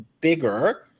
bigger